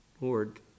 Lord